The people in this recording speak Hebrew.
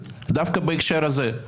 דווקא בהקשר הזה.